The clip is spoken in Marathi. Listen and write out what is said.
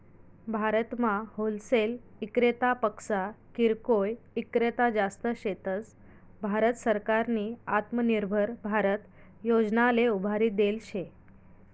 भारतमा होलसेल इक्रेतापक्सा किरकोय ईक्रेता जास्त शेतस, भारत सरकारनी आत्मनिर्भर भारत योजनाले उभारी देल शे